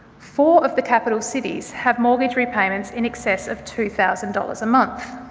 four of the capital cities have mortgage repayments in excess of two thousand dollars a month.